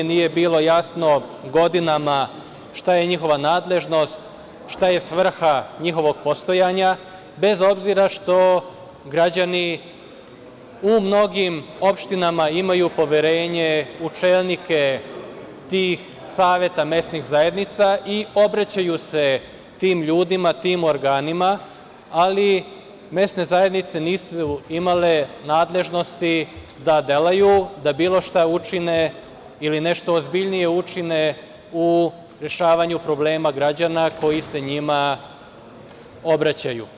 Nije bilo jasno godinama šta je njihova nadležnost, šta je svrha njihovog postojanja bez obzira što građani u mnogim opštinama imaju poverenje u čelnike tih saveta mesnih zajednica i obraćaju se tim ljudima, tim organima, ali mesne zajednice nisu imale nadležnosti da delaju, da bilo šta učine ili nešto ozbiljnije učine u rešavanju problema građana koji se njima obraćaju.